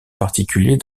particulier